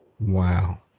Wow